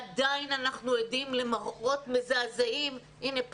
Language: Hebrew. עדיין אנחנו עדים למראות מזעזעים הנה,